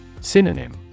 Synonym